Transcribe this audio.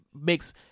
makes